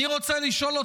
אני רוצה לשאול אותך,